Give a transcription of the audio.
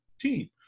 team